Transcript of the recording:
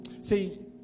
See